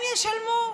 הם ישלמו.